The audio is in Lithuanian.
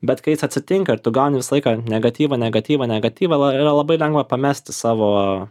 bet kai jis atsitinka ir tu gauni visą laiką negatyvą negatyvą negatyvą yra labai lengva pamesti savo